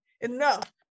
enough